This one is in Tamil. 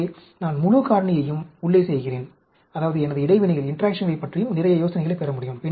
எனவே நான் முழு காரணியையும் உள்ளே செய்கிறேன் அதாவது எனது இடைவினைகளைப் பற்றியும் நிறைய யோசனைகளைப் பெற முடியும்